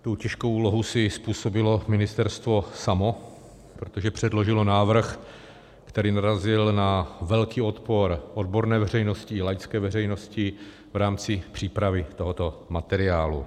Tu těžkou úlohu si způsobilo ministerstvo samo, protože předložilo návrh, který narazil na velký odpor odborné veřejnosti i laické veřejnosti v rámci přípravy tohoto materiálu.